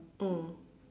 mm